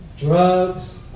Drugs